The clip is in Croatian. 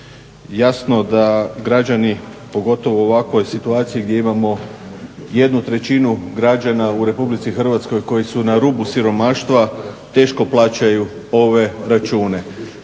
jasno da građani, pogotovo u ovakvoj situaciji gdje imamo jednu trećinu građana u Republici Hrvatskoj koji su na rubu siromaštva teško plaćaju ove račune.